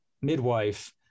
midwife